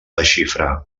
desxifrar